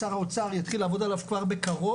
שר האוצר יתחיל לעבוד עליו כבר בקרוב,